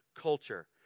culture